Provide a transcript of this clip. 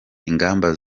ingamba